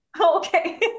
Okay